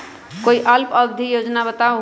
कोई अल्प अवधि योजना बताऊ?